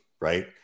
right